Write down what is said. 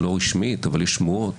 לא רשמית אבל יש שמועות